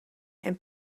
and